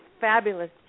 fabulous